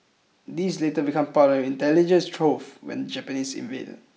these later become part of an intelligence trove when the Japanese invaded